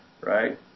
Right